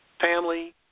family